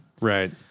Right